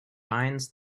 binds